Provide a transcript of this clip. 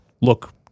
look